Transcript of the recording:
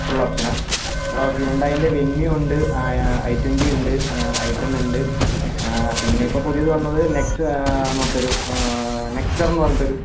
full ഓപ്ഷനാണ് ഇപ്പോൾ ഹ്യുണ്ടായിൻ്റെ വെന്യു ഉണ്ട് ഐ ട്വന്റി ഉണ്ട് ഐ ടെന്നുണ്ട് പിന്നെയിപ്പോൾ പുതിയത് വന്നത് നെക്സയെന്ന് പറഞ്ഞിട്ടൊരു നെസ്റ്റർ എന്ന് പറഞ്ഞിട്ടൊരു